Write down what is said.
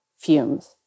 fumes